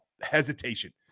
hesitation